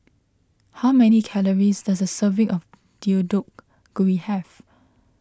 how many calories does a serving of Deodeok Gui have